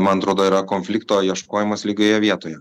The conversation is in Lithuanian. man atrodo yra konflikto ieškojimas lygioje vietoje